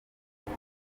iri